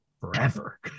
forever